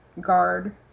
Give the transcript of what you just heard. guard